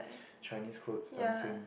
Chinese cloth dancing